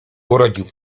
urodził